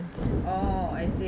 oh I see